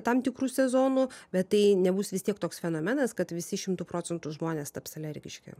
tam tikru sezonu bet tai nebus vis tiek toks fenomenas kad visi šimtu procentų žmonės taps alergiški